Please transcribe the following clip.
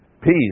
Peace